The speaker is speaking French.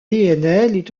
est